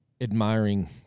admiring